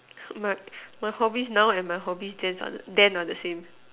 my my hobbies now and my hobbies then are the then are the same